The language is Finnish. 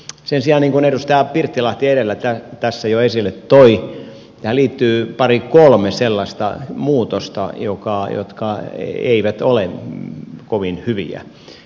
sen sijaan niin kuin edustaja pirttilahti edellä tässä jo esille toi tähän liittyy pari kolme sellaista muutosta jotka eivät ole kovin hyviä